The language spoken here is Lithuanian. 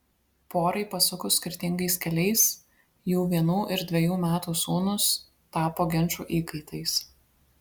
porai pasukus skirtingais keliais jų vienų ir dvejų metų sūnūs tapo ginčų įkaitais